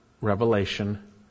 revelation